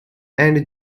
and